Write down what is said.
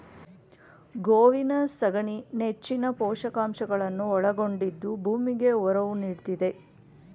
ಗೋವಿನ ಸಗಣಿ ನೆಚ್ಚಿನ ಪೋಷಕಾಂಶಗಳನ್ನು ಒಳಗೊಂಡಿದ್ದು ಭೂಮಿಗೆ ಒರವು ನೀಡ್ತಿದೆ